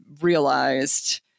realized